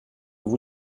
vous